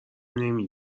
نمی